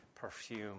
perfume